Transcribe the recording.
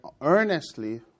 earnestly